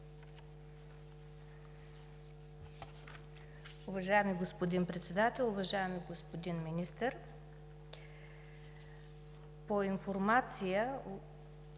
Уважаеми господин Председател, уважаеми господин Министър! По информация